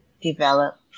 develop